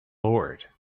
lord